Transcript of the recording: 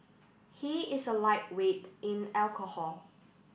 he is a lightweight in alcohol